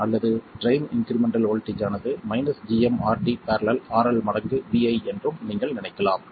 அல்லது drain incremental voltage ஆனது minus gm RD parallel RL மடங்கு Vi என்றும் நீங்கள் நினைக்கலாம்